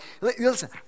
listen